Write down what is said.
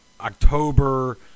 October